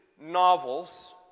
novels